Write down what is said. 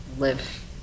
live